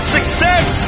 Success